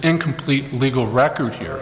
incomplete legal record here